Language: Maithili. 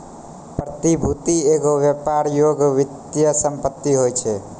प्रतिभूति एगो व्यापार योग्य वित्तीय सम्पति होय छै